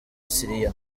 siriya